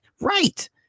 Right